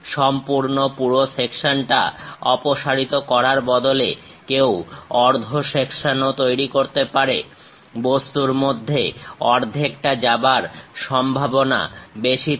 সম্পূর্ণ পুরো সেকশনটা অপসারিত করার বদলে কেউ অর্ধ সেকশনও তৈরি করতে পারে বস্তুর মধ্যে অর্ধেকটা যাবার সম্ভাবনা বেশি থাকে